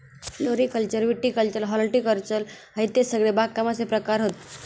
floriculture viticulture horticulture हयते सगळे बागकामाचे प्रकार हत